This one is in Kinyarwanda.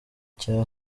cya